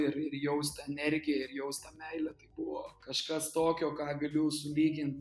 ir jaust energiją ir jaust tą meilę tai buvo kažkas tokio ką galiu sulygint